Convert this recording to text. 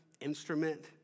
instrument